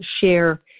share